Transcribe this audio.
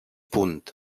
punt